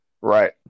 Right